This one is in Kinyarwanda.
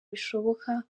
bishoboka